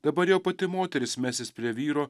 dabar jau pati moteris mesis prie vyro